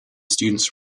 students